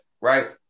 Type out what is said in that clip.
right